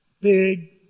big